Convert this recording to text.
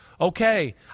Okay